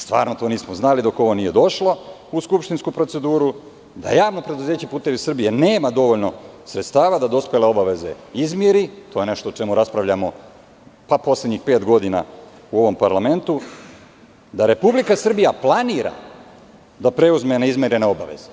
Stvarno to nismo znali dok ovo nije došlo u skupštinsku proceduru, da javno preduzeća "Putevi Srbije" nema dovoljno sredstava da dospele obaveze izmiri, to je nešto o čemu raspravljamo poslednjih pet godina u ovom parlamentu, da Republika Srbija planira da preuzme neizmirene obaveze.